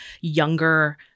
younger